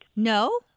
No